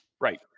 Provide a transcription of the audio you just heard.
Right